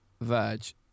Verge